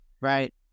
right